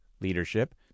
leadership